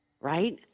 right